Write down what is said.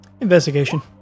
Investigation